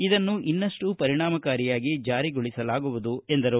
ಇದನ್ನು ಇನ್ನಷ್ಟು ಪರಿಣಾಮಕಾರಿಯಾಗಿ ಜಾರಿಗೊಳಿಸಲಾಗುವುದು ಎಂದರು